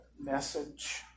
message